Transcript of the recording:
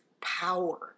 power